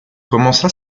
commença